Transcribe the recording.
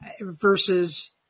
versus